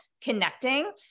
connecting